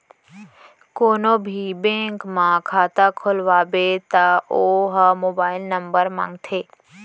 कोनो भी बेंक म खाता खोलवाबे त ओ ह मोबाईल नंबर मांगथे